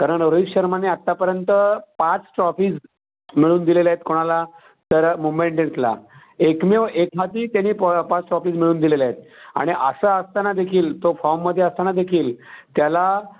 कारण रोहित शर्माने आत्तापर्यंत पाच ट्रॉफीज मिळवून दिलेल्या आहेत कोणाला तर मुंबई इंडियन्सला एकमेव एक हाती त्याने पो पाच ट्रॉफीज मिळवून दिलेल्या आहेत आणि असं असतानादेखील तो फॉममध्ये असतानादेखील त्याला